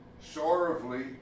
sorrowfully